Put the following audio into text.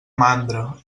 mandra